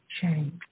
change